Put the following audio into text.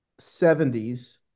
70s